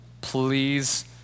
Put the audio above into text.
Please